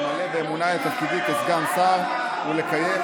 ייבדלו לחיים, מתחייב